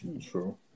True